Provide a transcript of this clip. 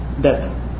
death